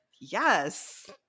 Yes